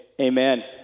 amen